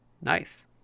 Nice